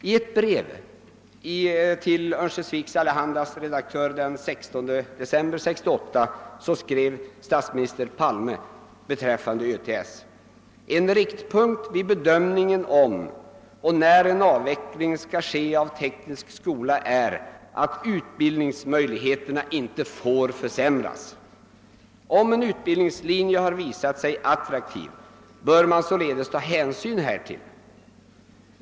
I ett brev till Örnsköldsviks Allehandas redaktör” den 16 december 1968 skrev statsminister Palme beträffande ÖTS bl.a. följande: >En riktpunkt vid bedömningen om och när en avveckling skall ske av teknisk skola är att utbildningsmöjligheterna inte får försämras. Om en utbildningslinje har visat sig attraktiv bör man således ta hänsyn härtill.